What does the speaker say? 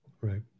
Right